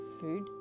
food